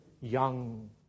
young